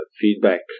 feedback